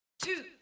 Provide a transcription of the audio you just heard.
Two